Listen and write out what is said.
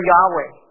Yahweh